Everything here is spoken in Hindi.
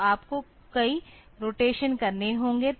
तो आपको कई रोटेशन करने होंगे